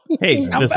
hey